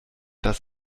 das